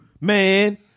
man